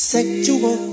Sexual